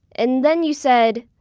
and then you said